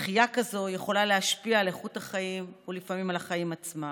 דחייה כזאת יכולה להשפיע על איכות החיים ולפעמים על החיים עצמם.